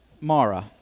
Mara